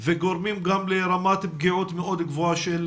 וגורמים גם לרמת פגיעות מאוד גבוהה של